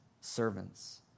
servants